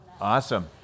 Awesome